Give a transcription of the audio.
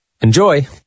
Enjoy